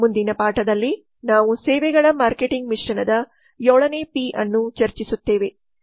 ಮುಂದಿನ ಪಾಠದಲ್ಲಿ ನಾವು ಸೇವೆಗಳ ಮಾರ್ಕೆಟಿಂಗ್ ಮಿಶ್ರಣದ 7 ನೇ P ಅನ್ನು ಚರ್ಚಿಸುತ್ತೇವೆ